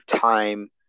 time